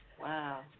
Wow